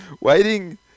Waiting